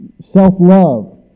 self-love